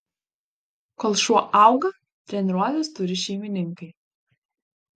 kol šuo auga treniruotis turi šeimininkai